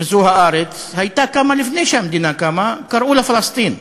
וזו הארץ, קמה לפני שהמדינה קמה, קראו לה פלסטין.